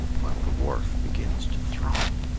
while the wharf begins to throng.